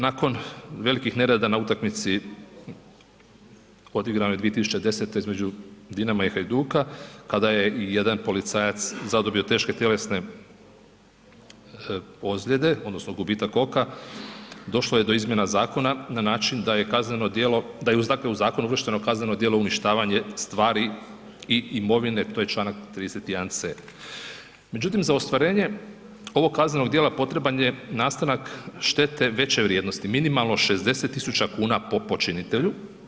Nakon velikih nereda na utakmici odigranoj 2010. između Dinama i Hajduka kada je i jedan policajac zadobio teške tjelesne ozljede odnosno gubitak oka, došlo je izmjena zakona na način da je kazneno djelo, da je dakle u zakonu uvršteno kazneno djelo uništavanje stvari i imovine, to je čl. 31 c. Međutim za ostvarenje ovog kaznenog djela, potreban je nastanak štete veće vrijednosti, minimalno 60 000 kuna po počinitelju.